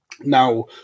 now